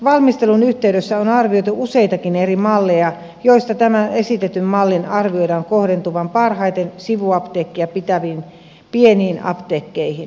valmistelun yhteydessä on arvioitu useitakin eri malleja joista tämän esitetyn mallin arvioidaan kohdentuvan parhaiten sivuapteekkeja pitäviin pieniin apteekkeihin